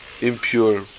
impure